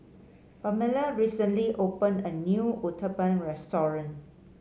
Pamella recently opened a new Uthapam restaurant